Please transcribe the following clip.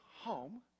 home